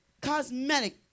cosmetic